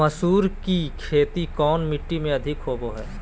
मसूर की खेती कौन मिट्टी में अधीक होबो हाय?